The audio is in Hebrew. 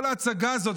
כל ההצגה הזאת,